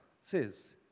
says